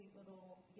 Little